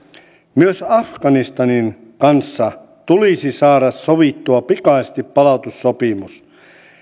myös afganistanin kanssa tulisi saada sovittua pikaisesti palautussopimus